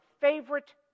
favorite